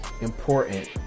important